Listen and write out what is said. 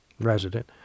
resident